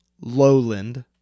Lowland